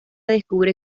descubre